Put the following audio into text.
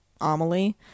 Amelie